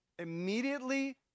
immediately